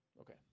Okay